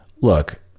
look